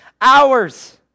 hours